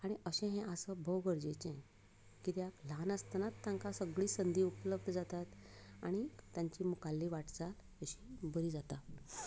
आनी अशें हें आसप भोव गरजेचें कित्याक ल्हान आसतनाच तांकां सगळी संदी उपलब्ध जातात आनी तांची मुखारली वाटचाल अशी बरी जाता